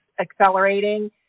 accelerating